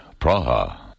Praha